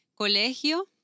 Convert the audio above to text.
colegio